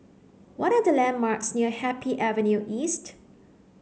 what are the landmarks near Happy Avenue East